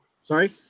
Sorry